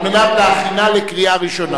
ואני לא מוסיף את קולה.